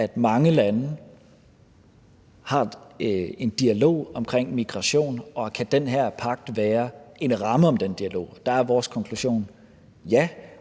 at mange lande har en dialog om migration, og kan den her pagt være en ramme om den dialog? Der er vores konklusion: Ja.